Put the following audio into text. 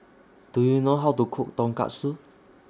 Do YOU know How to Cook Tonkatsu